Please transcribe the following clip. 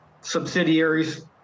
subsidiaries